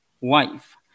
wife